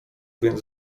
więc